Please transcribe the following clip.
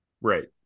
Right